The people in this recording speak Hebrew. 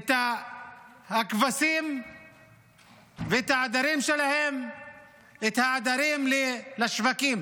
את הכבשים ואת העדרים שלהם לשווקים.